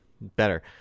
better